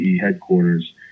headquarters